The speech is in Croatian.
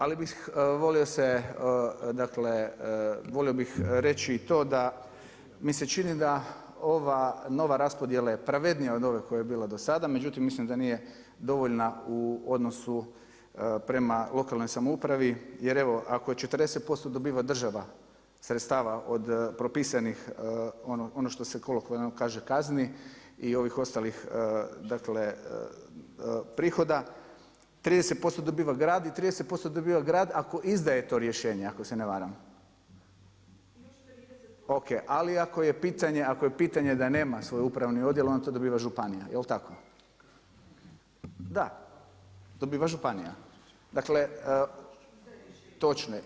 Ali bih volio se, dakle, volio bih reći i to da mi se čini da ova nova raspodjela je pravednija od ove koja je bila do sada, međutim mislim da nije dovoljna u odnosu prema lokalnoj samoupravi, jer evo ako 40% dobiva država sredstava od propisanih, ono što se kolokvijalno kaže kazni i ovih ostalih prihoda, 30% dobiva grad i 30% dobiva grad ako izdaje to rješenje ako se ne varam … [[Upadica se ne čuje.]] Ok, ali ako je pitanje da nema svoj upravni odjel, onda to dobiva županija, jel tako? … [[Upadica se ne čuje.]] Da, dobiva županija, dakle, … [[Upadica se ne čuje.]] točno je.